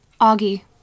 Augie